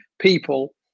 people